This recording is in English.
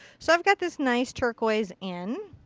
so i've got this nice turquoise in.